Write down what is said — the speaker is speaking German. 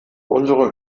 unsere